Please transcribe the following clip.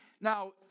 Now